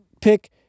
pick